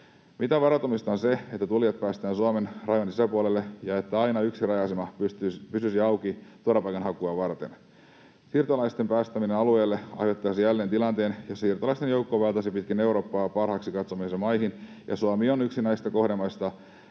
Mitä varautumista on se, että tulijat päästetään Suomen rajojen sisäpuolelle ja että aina yksi raja-asema pysyisi auki turvapaikan hakua varten? Siirtolaisten päästäminen alueelle aiheuttaisi jälleen tilanteen, jossa siirtolaisten joukko vaeltaisi pitkin Eurooppaa parhaaksi katsomiinsa maihin — ja Suomi on yksi näistä kohdemaista